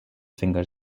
finger